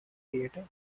theater